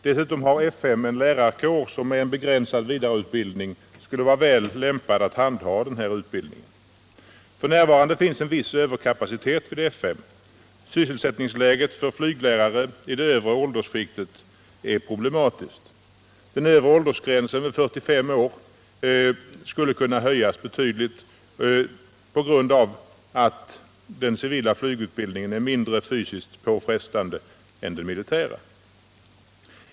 Dessutom har F5 en lärarkår som med en begränsad vidareutbildning skulle vara väl lämpad att handha denna utbildning. F. n. finns en viss överkapacitet vid F 5. Sysselsättningsläget för flyglärare i det övre åldersskiktet är problematiskt. Den övre åldersgränsen, 45 år, skulle kunna höjas betydligt på grund av att den civila flygutbildningen är mindre fysiskt påfrestande än den militära.